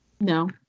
No